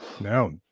No